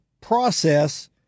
process